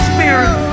Spirit